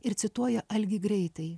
ir cituoja algį greitai